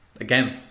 again